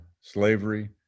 slavery